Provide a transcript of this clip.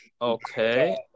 Okay